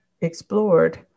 explored